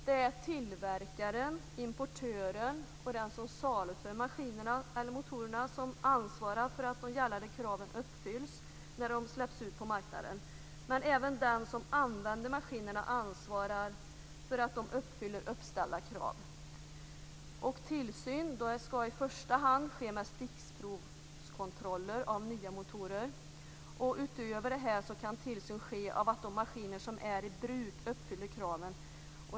Det är tillverkaren, importören och den som saluför maskinerna eller motorerna som ansvarar för att de gällande kraven uppfylls när de släpps ut på marknaden. Men även den som använder maskinerna ansvarar för att de uppfyller uppställda krav. Tillsyn skall i första hand ske med stickprovskontroller av nya motorer. Utöver detta skall tillsyn ske av att de maskiner som är i bruk uppfyller kraven.